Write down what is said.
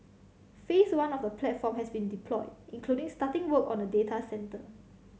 Phase One of the platform has been deployed including starting work on a data centre